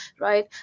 right